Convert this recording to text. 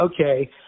okay